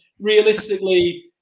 Realistically